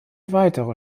weitere